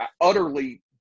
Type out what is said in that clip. utterly